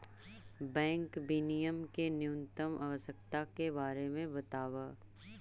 bank विनियमन के न्यूनतम आवश्यकता के बारे में बतावऽ